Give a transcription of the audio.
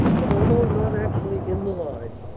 but although not actually in the line,